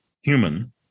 human